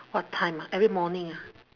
what time ah every morning ah